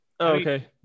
okay